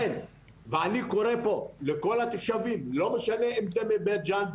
ואני קורא פה לכל התושבים ולא משנה אם זה מבית ג'ן,